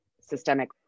systemic